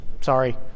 Sorry